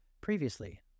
previously